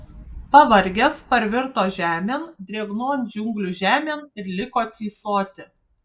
pavargęs parvirto žemėn drėgnon džiunglių žemėn ir liko tysoti